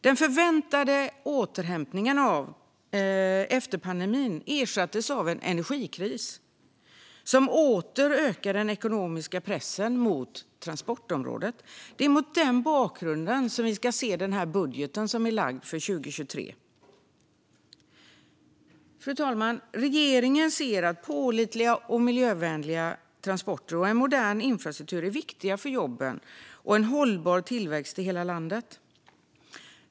Den förväntade återhämtningen efter pandemin ersattes av en energikris som åter ökar den ekonomiska pressen mot transportområdet. Det är mot denna bakgrund vi ska se den här budgeten för 2023. Fru talman! Regeringen ser att pålitliga och miljövänliga transporter och en modern infrastruktur är viktiga för jobben och en hållbar tillväxt i hela landet.